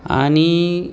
आणि